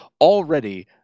already